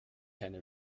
keine